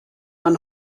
man